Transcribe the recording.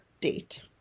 date